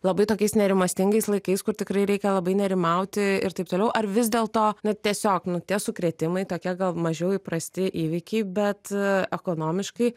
labai tokiais nerimastingais laikais kur tikrai reikia labai nerimauti ir taip toliau ar vis dėlto na tiesiog nu tie sukrėtimai tokie gal mažiau įprasti įvykiai bet ekonomiškai